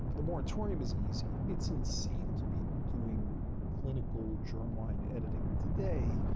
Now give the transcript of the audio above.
the moratorium is easy. it's insane to be doing clinical germline editing today,